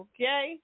Okay